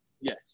yes